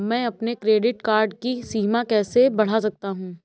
मैं अपने credit card की सीमा कैसे बढ़ा सकता हूँ?